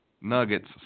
Nuggets